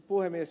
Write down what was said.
puhemies